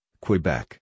Quebec